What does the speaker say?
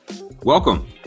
Welcome